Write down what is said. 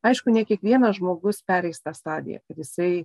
aišku ne kiekvienas žmogus pereis tą stadiją kad jisai